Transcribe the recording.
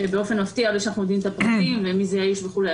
באופן מפתיע בלי שאנחנו יודעים את הפרטים ומי האיש וכו'.